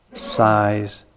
size